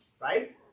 Right